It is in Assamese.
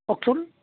কওকচোন